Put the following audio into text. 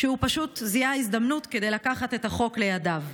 שהוא פשוט זיהה הזדמנות לקחת את החוק לידיו,